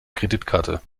kreditkarte